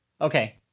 Okay